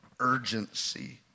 urgency